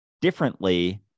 differently